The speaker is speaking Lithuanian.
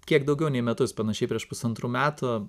kiek daugiau nei metus panašiai prieš pusantrų metų